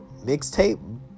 mixtape